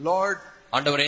Lord